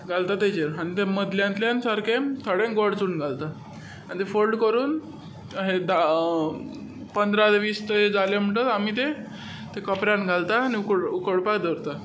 घालता ताजेर आनी मदल्यांतल्यान सारकें थोडें गोड चून घालता आनी ते फोल्ड करून पंदरा ते वीस जाले म्हणटच आमी तें कोपऱ्यांत घालता आनी उकडपाक दवरता